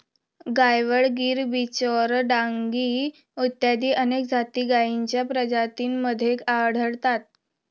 गायवळ, गीर, बिचौर, डांगी इत्यादी अनेक जाती गायींच्या प्रजातींमध्ये आढळतात